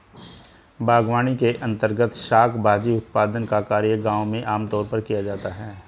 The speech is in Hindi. बागवानी के अंर्तगत शाक भाजी उत्पादन का कार्य गांव में आमतौर पर किया जाता है